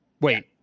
Wait